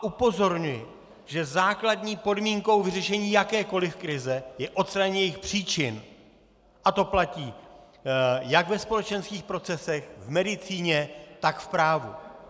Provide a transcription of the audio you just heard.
Upozorňuji, že základní podmínkou vyřešení jakékoliv krize je odstranění jejích příčin, a to platí jak ve společenských procesech, v medicíně, tak i v právu.